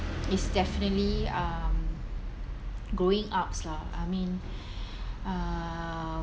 it's definitely um growing up lah I mean uh